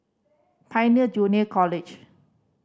Pioneer Junior College